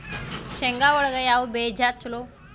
ಶೇಂಗಾ ಒಳಗ ಯಾವ ಬೇಜ ಛಲೋ?